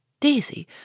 Daisy